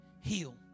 heal